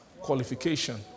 qualification